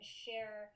share